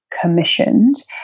commissioned